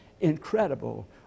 incredible